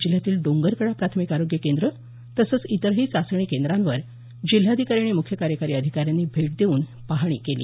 जिल्ह्यातील डोंगरकडा प्राथमिक आरोग्य केंद्र तसंच इतरही चाचणी केंद्रांवर जिल्हाधिकारी आणि मुख्य कार्यकारी अधिकाऱ्यांनी भेट देऊन पाहणी केली